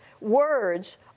words